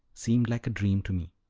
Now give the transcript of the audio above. seemed like a dream to me.